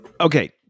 Okay